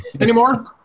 anymore